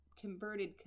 converted